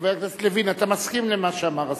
אתה מסכים למה שאמר השר.